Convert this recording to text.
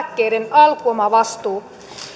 alkuomavastuu